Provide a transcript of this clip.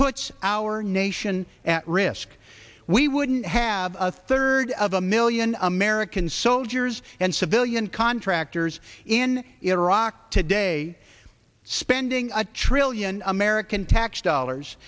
puts our nation at risk we wouldn't have a third of a million american soldiers and civilian contractors in iraq today spending a trillion american tax dollars